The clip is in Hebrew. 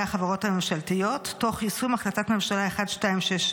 החברות הממשלתיות תוך יישום החלטת ממשלה 1267,